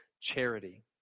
charity